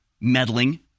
meddling